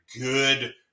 good